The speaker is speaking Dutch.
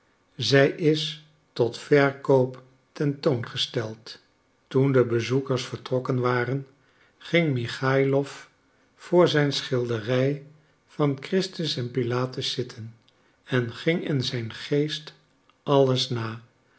zij is tot verkoop tentoongesteld toen de bezoekers vertrokken waren ging michaïlof voor zijn schilderij van christus en pilatus zitten en ging in zijn geest alles na